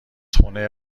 خونه